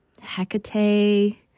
Hecate